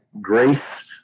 grace